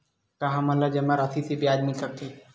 का हमन ला जमा राशि से ब्याज मिल सकथे?